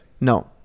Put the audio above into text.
No